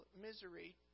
misery